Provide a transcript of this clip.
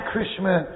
Krishna